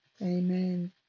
Amen